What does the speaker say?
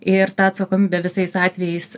ir ta atsakomybė visais atvejais